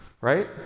right